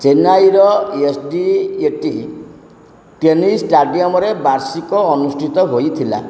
ଚେନ୍ନାଇର S D A T tennis ଷ୍ଟାଡ଼ିୟମ୍ରେ ବାର୍ଷିକ ଅନୁଷ୍ଠିତ ହୋଇଥିଲା